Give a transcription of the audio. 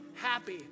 happy